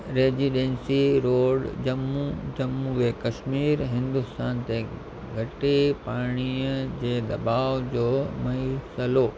residency road Jammu Jammu ऐं कश्मीर हिन्दुस्तान ते घटि पाणीअ जे दबाव जो मसइलो